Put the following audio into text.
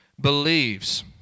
believes